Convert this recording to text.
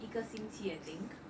一个星期 I think